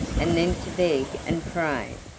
and then to beg and pray,